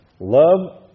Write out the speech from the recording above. love